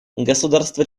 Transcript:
государства